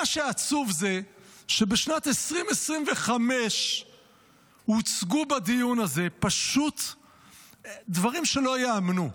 מה שעצוב הוא שבשנת 2025 הוצגו בדיון הזה פשוט דברים שלא ייאמנו,